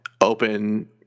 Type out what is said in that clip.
open